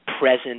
present